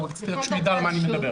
רציתי רק שהוא יידע על מה אני מדבר.